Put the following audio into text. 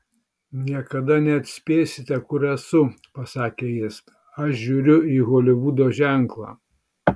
niekada neatspėsite kur esu pasakė jis aš žiūriu į holivudo ženklą